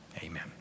Amen